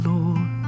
Lord